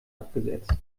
abgesetzt